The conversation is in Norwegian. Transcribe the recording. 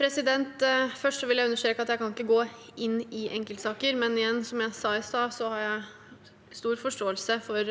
Først vil jeg under- streke at jeg ikke kan gå inn i enkeltsaker, men som jeg sa i stad, har jeg stor forståelse for